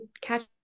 catch